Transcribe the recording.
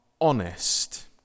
honest